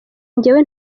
njyewe